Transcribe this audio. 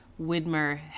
Widmer